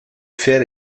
fer